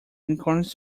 unicorns